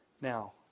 Now